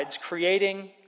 creating